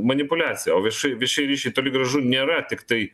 manipuliacija o viešai viešieji ryšiai toli gražu nėra tiktai